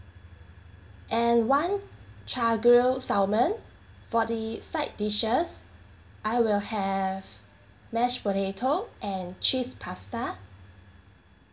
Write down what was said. and one chargrilled salmon for the side dishes I will have mash potato and cheese pasta